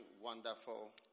wonderful